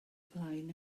flaen